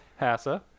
Hassa